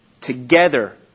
together